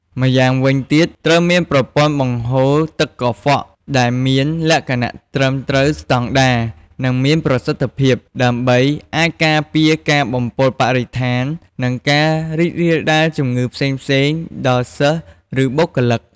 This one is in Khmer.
ម្យ៉ាងវិញទៀត ត្រូវមានប្រព័ន្ធបង្ហូរទឹកកខ្វក់ដែលមានលក្ខណៈត្រឹមត្រូវស្តង់ដា និងមានប្រសិទ្ធភាព ដើម្បីអាចការពារការបំពុលបរិស្ថាន និងការរីករាលដាលជំងឺផ្សេងៗដល់សិស្សឬបុគ្គលិក។